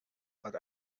but